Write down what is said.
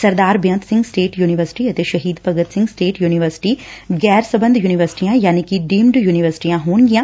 ਸਰਦਾਰ Beant Singh State University ਅਤੇ Shaheed Bhagat Singh State University ਗੈਰ ਸਬੰਧ ਯੁਨੀਵਰਸਿਟੀਆਂ ਯਾਨੀ ਕਿ ਡੀਮਡ ਯੁਨੀਵਰਸਿਟੀਆਂ ਹੋਣਗੀਆਂ